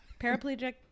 Paraplegic